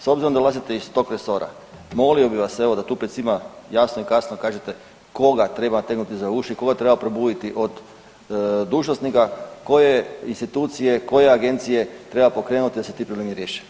S obzirom da dolazite iz tog resora, molio bih vas evo da tu pred svima jasno i glasno kažete, koga treba nategnuti za uši, koga treba probuditi od dužnosnika, koje institucije, koje agencije treba pokrenuti da se ti problemi riješe?